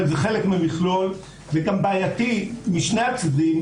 אבל זה חלק ממכלול וגם בעייתי משני הצדדים,